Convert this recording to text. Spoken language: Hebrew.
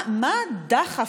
מה הדחף?